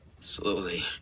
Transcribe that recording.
slowly